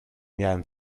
miałem